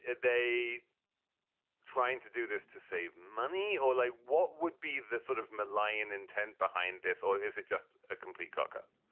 they trying to do this to save money. or like what would be the sort of malign intent behind this or is it just a complete cock up?